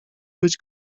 być